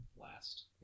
last